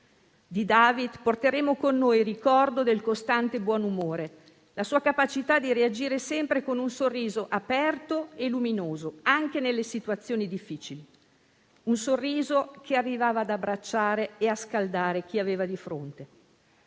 Di David porteremo con noi il ricordo del costante buon umore, la sua capacità di reagire sempre con un sorriso aperto e luminoso anche nelle situazioni difficili. Un sorriso che arrivava ad abbracciare e a scaldare chi aveva di fronte.